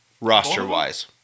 Roster-wise